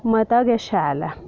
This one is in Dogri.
मता गै शैल ऐ